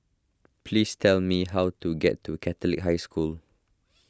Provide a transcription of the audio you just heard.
please tell me how to get to Catholic High School